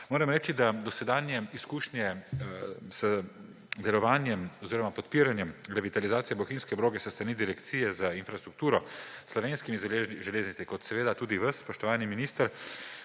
Moram reči, da dosedanje izkušnje z mirovanjem oziroma podpiranjem revitalizacije bohinjske proge s strani Direkcije za infrastrukturo, Slovenskih železnic, kot seveda tudi vas, spoštovani minister,